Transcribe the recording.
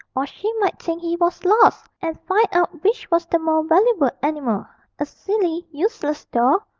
or she might think he was lost, and find out which was the more valuable animal a silly, useless doll,